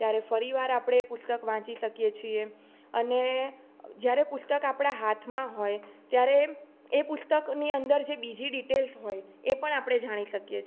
ત્યારે ફરી વાર આપણે એ પુસ્તક વાંચી શકીએ છીએ અને જ્યારે પુસ્તક આપણા હાથમાં હોય ત્યારે એમ એ પુસ્તકની અંદર જે બીજી ડિટેલ્સ હોય એ પણ આપણે જાણી શકીએ છે